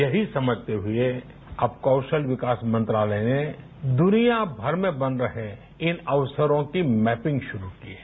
यहीं समझते हुए अब कौशल विकास मंत्रालय ने दुनिया भर में बन रहें इन अवसरों की मैपिंग शुरू की है